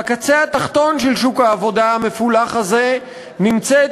בקצה התחתון של שוק העבודה המפולח הזה נמצאת